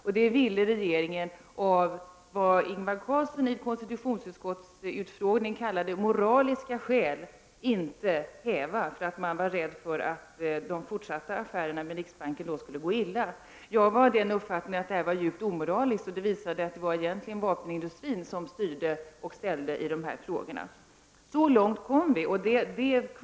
Regeringen ville av, som Ingvar Carlsson sade vid en utfrågning i konstitutionsutskottet, moraliska skäl inte häva sekretessen. Man var rädd för att det då skulle gå illa när det gällde de fortsatta affärerna med riksbanken. Jag var av den uppfattningen att det här var djupt omoraliskt. Det hela visade att det egentligen var vapenindustrin som styrde och ställde i de här frågorna. Ja, så långt kom vi alltså.